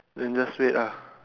then just wait ah